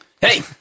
Hey